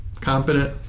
competent